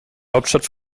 hauptstadt